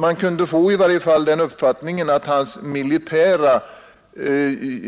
Man kunde få den uppfattningen att i varje fall hans militära